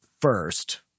first